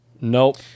nope